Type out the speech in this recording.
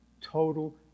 Total